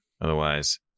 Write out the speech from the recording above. Otherwise